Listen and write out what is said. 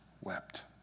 wept